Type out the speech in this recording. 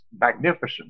magnificent